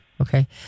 Okay